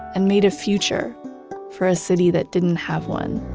and made a future for a city that didn't have one